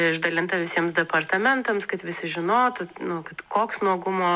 išdalinta visiems departamentams kad visi žinotų nu kad koks nuogumo